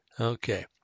Okay